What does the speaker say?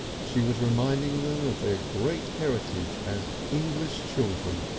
she was reminding them of their great heritage as english children,